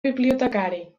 bibliotecari